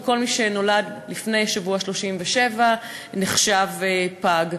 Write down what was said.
וכל מי שנולד לפני השבוע ה-37 נחשב פג.